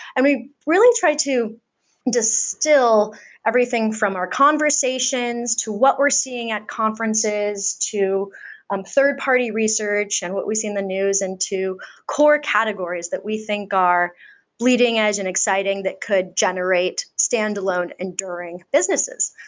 and we really try to distill everything from our conversations, to what we're seeing at conferences, to and third-party research and what we see in the news, and to core categories that we think are leading-edge and exciting that could generate standalone enduring businesses.